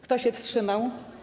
Kto się wstrzymał?